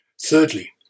Thirdly